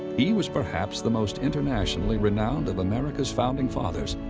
he was perhaps the most internationally renowned of america's founding fathers